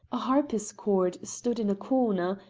a harpischord stood in a corner,